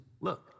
look